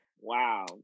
Wow